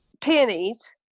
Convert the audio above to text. Peonies